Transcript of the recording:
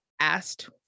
asked